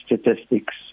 statistics